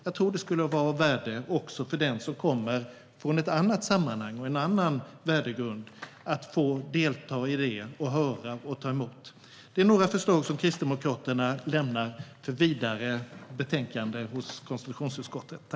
Jag tror att det skulle vara av värde också för den som kommer från ett annat sammanhang och en annan värdegrund att få delta i, höra och ta emot. Det var några förslag som Kristdemokraterna lämnar för vidare betänkande hos konstitutionsutskottet.